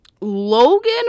Logan